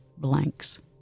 blanks